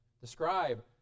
describe